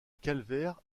calvaire